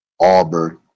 Auburn